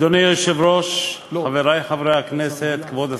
אדוני היושב-ראש, חברי חברי הכנסת, כבוד השר,